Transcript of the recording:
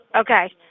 Okay